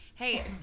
Hey